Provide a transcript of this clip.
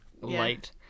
light